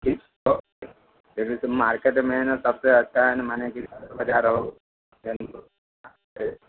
फेर जइसे मार्केटमे हइ ने सभसँ अच्छा हइ ने मनेकि